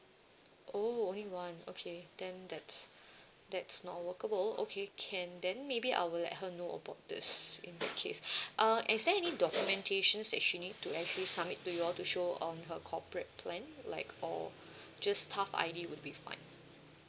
oh only one okay then that's that's not workable okay can then maybe I will let her know about this in that case uh is there any documentations the she need to actually submit to you all to show um her corporate plan like or just staff I_D would be fine